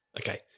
okay